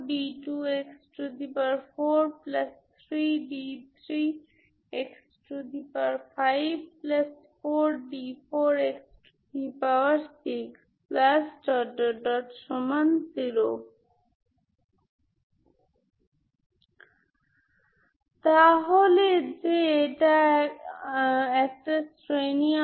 সুতরাং আমি এই ফ্রিকোয়েন্সিগুলি পেতে পারি এবং আমি এই ফাংশনগুলিকে একত্রিত করতে পারি সাইন এবং কোসাইনগুলির পরিবর্তে আমি এই লেজেন্ড্রে ফাংশনগুলি পেতে পারি আমি সেগুলি বিচক্ষণতার সাথে একত্রিত করতে পারি